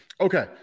Okay